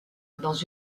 dans